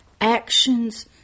actions